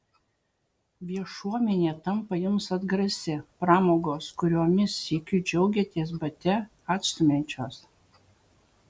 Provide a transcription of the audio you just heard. viešuomenė tampa jums atgrasi pramogos kuriomis sykiu džiaugėtės bate atstumiančios